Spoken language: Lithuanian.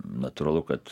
natūralu kad